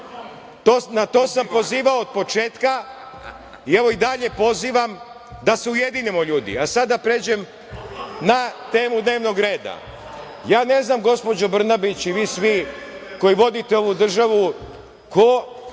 Na to sam pozivao od početka i evo i dalje pozivam da se ujedinimo ljudi. Sada da pređem na temu dnevnog reda. Ne znam, gospođo Brnabić, i vi svi koji vodite ovu državu ko